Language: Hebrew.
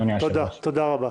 תודה רבה.